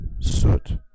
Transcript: soot